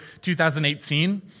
2018